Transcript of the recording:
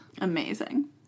amazing